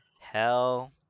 Hell